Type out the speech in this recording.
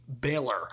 Baylor